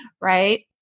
Right